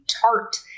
tart